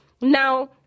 Now